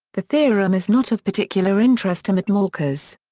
the theorem is not of particular interest to mapmakers.